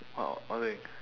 oh what thing